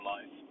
Life